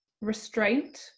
restraint